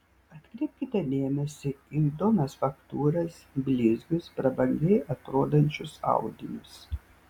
atkreipkite dėmesį į įdomias faktūras blizgius prabangiai atrodančius audinius